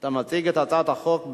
אתה מציג את הצעת החוק.